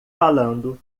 falando